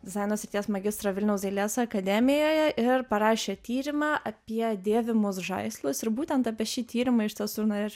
dizaino srities magistrą vilniaus dailės akademijoje ir parašė tyrimą apie dėvimus žaislus ir būtent apie šį tyrimą iš tiesų norėčiau